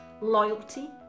loyalty